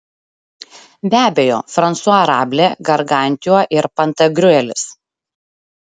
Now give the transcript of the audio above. be abejo fransua rablė gargantiua ir pantagriuelis